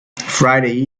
friday